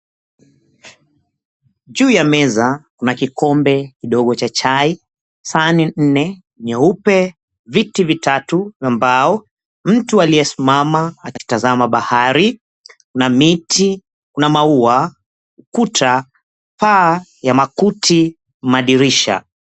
Juu ya meza kuna kikombe kidogo cha chai, sahani nne nyeupe, viti vitatu na mbao, mtu aliyesimama atakitazama bahari. Kuna miti, kuna maua, ukuta, paa ya makuti, madirisha.